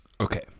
Okay